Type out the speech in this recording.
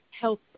health